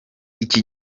iki